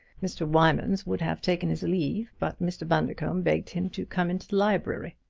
mr. wymans would have taken his leave, but mr. bundercombe begged him to come into the library.